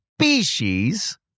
species